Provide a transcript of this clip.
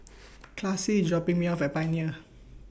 Classie IS dropping Me off At Pioneer